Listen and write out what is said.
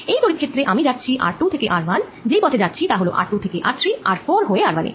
এই তড়িৎ ক্ষেত্রে আমি যাচ্ছি r2 থেকে r1 যেই পথে যাচ্ছি তা হল r2 থেকে r3 r4হয়ে r1 এ